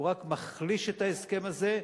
רק מחלישים את ההסכם הזה.